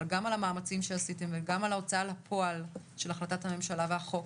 גם על המאמצים שעשיתם וגם על ההוצאה לפועל של החלטת הממשלה והחוק.